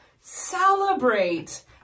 Celebrate